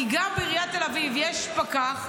כי גם בעיריית תל אביב יש פקח,